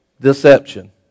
Deception